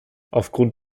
aufgrund